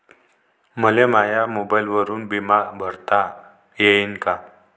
मले माया मोबाईलवरून बिमा भरता येईन का?